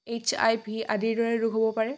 H I V আদিৰ দৰে ৰোগ হ'ব পাৰে